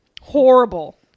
Horrible